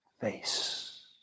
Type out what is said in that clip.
face